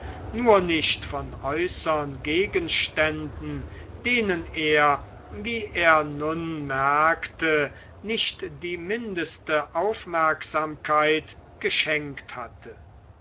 nur nicht von äußern gegenständen denen er wie er nun merkte nicht die mindeste aufmerksamkeit geschenkt hatte